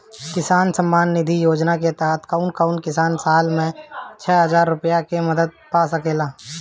किसान सम्मान निधि योजना के तहत कउन कउन किसान साल में छह हजार रूपया के मदद पा सकेला?